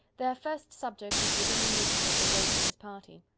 their first subject was the diminution of the rosings party.